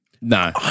No